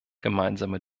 gemeinsame